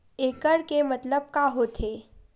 एकड़ के मतलब का होथे?